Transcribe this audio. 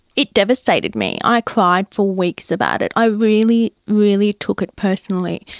it devastated me. i cried for weeks about it. i really, really took it personally.